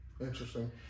Interesting